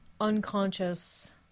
unconscious